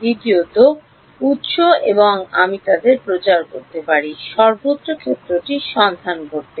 দ্বিতীয়ত উত্স এবং আমি তাদের প্রচার করতে পারি সর্বত্র ক্ষেত্রটি সন্ধান করতে